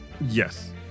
Yes